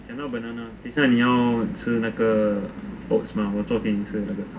讲到 banana 等一下你要吃那个 oats mah 我做给你吃的那个